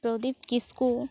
Pradip Kisku